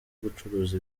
gucuruza